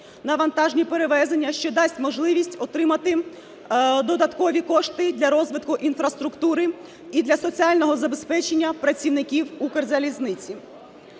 на вантажні перевезення, що дасть можливість отримати додаткові кошти для розвитку інфраструктури і для соціального забезпечення працівників Укрзалізниці.